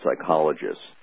psychologists